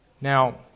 Now